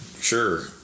Sure